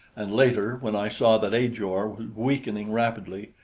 and later, when i saw that ajor was weakening rapidly,